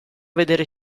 vedere